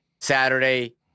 Saturday